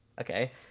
okay